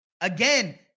again